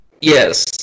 yes